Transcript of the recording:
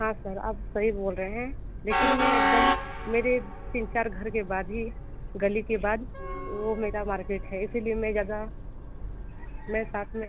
हाँ सर आप सही बोल रहें हैं लेकिन मैं एक दम मेरे तीन चार घर के बाद ही गली के बाद वो मेरा मार्केट है इसी लिए मैं ज़्यादा मैं साथ में